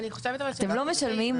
אתם לא משלמים,